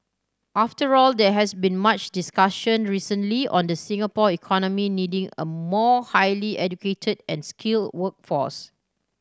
after all there has been much discussion recently on the Singapore economy needing a more highly educated and skill workforce